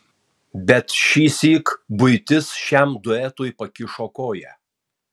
bet šįsyk buitis šiam duetui pakišo koją